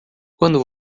quando